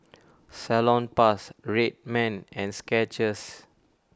Salonpas Red Man and Skechers